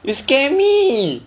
you scare me